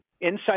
inside